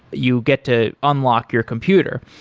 you get to unlock your computer.